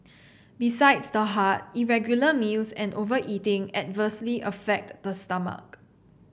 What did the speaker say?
besides the heart irregular meals and overeating adversely affect the stomach